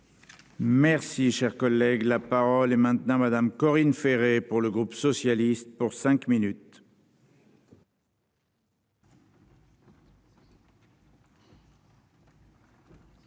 Merci, cher collègue, la parole est maintenant madame Corinne Ferré pour le groupe socialiste pour cinq minutes.